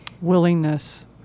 willingness